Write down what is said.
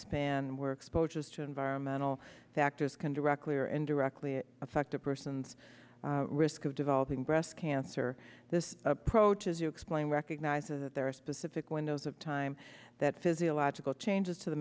span where exposures to environmental factors can directly or indirectly affect a person's risk of developing breast cancer this approach is you explain recognizes that there are specific windows of time that physiological changes to the